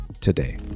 today